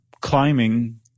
climbing